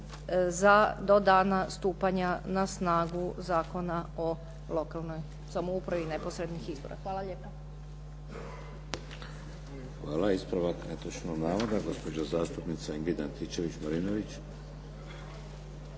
do dana stupanja na snagu Zakona o lokalnoj samoupravi neposrednih izbora. Hvala lijepa.